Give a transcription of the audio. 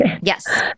Yes